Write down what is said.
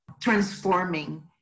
transforming